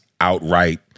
outright